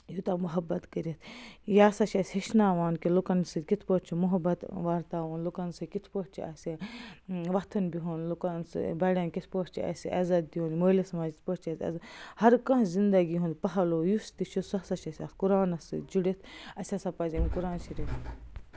یوٗتاہ محبت کٔرِتھ یِہ ہَسا چھِ اَسہِ ہیٚچھناوان کہِ لُکن سۭتۍ کِتھ پٲٹھۍ چھُ محبت ورتاوُن لُکن سۭتۍ کِتھ پٲٹھۍ چھُ اَسہِ وۄتھُن بِہُن لُکن سۭتۍ بَڑٮ۪ن کِتھ پٲٹھۍ چھِ اَسہِ عزت دیُن مٲلِس ماجہِ کِتھ پٲٹھۍ چھِ اَسہِ ہر کانٛہہ زندگی ہُنٛد پَہلوٗ یُس تہِ چھُ سُہ ہَسا چھِ أسۍ اَتھ قرآنس سۭتۍ جُڑِتھ اَسہِ ہَسا پَزِ اَمہِ قرآنہِ شریٖف